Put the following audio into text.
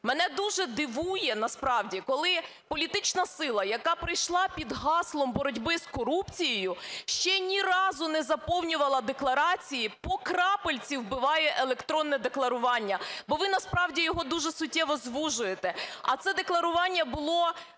Мене дуже дивує насправді, коли політична сила, яка прийшла під гаслом боротьби з корупцією, ще ні разу не заповнювала декларації, по крапельці вбиває електронне декларування. Бо ви насправді його дуже суттєво звужуєте, а це декларування було